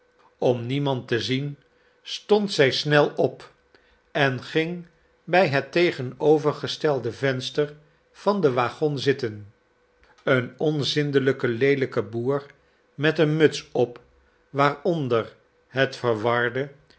om niemand te zien stond zij snel op en ging bij het tegenovergestelde venster van den waggon zitten een onzindelijke leelijke boer met een muts op waaronder het verwarde